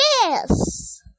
Yes